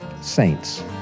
Saints